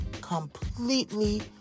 completely